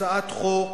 הצעת חוק